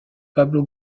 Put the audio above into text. pablo